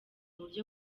buryo